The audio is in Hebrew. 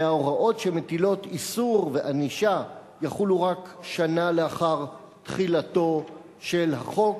וההוראות שמטילות איסור וענישה יחולו רק שנה לאחר תחילתו של החוק.